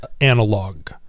analog